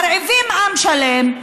מרעיבים עם שלם,